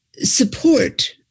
support